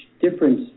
difference